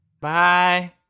Bye